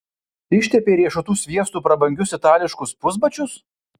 ištepei riešutų sviestu prabangius itališkus pusbačius